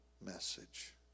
message